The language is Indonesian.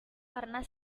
karena